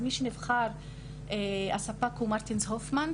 הספק שנבחר הוא מרטינס הופמן,